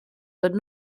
but